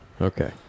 Okay